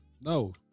no